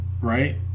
right